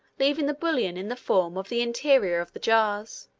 leaving the bullion in the form of the interior of the jars.